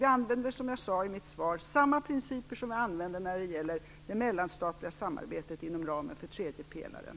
Vi använder som jag sade i mitt svar samma principer som vi använder när det gäller det mellanstatliga samarbetet inom ramen för Tredje pelaren.